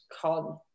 called